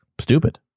stupid